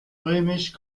römisch